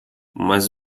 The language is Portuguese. mas